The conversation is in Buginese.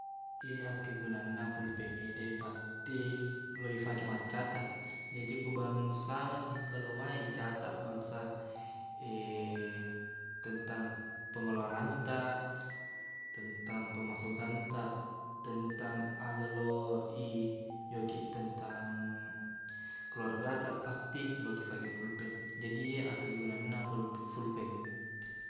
Iye akkegunanna pulpeng ngede pasti lo i ifake maccatat jaji ku bangsana engka lo mai icatat bangsa tentang pengeluarantaq tentang pemasukantaq tentang aga lo i yokiq tentang keluargataq pasti lokiq fake pulpeng jaji iye akkegunanna ful- fulpeng